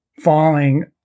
falling